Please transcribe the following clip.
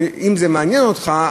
אם זה מעניין אותך,